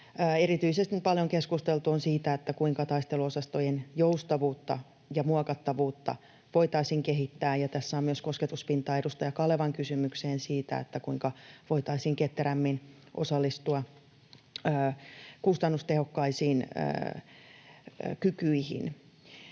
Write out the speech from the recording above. Erityisesti on paljon keskusteltu siitä, kuinka taisteluosastojen joustavuutta ja muokattavuutta voitaisiin kehittää. Tässä on myös kosketuspintaa edustaja Kalevan kysymykseen siitä, kuinka voitaisiin ketterämmin osallistua kustannustehokkaisiin kykyihin.